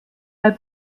bei